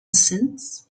since